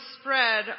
spread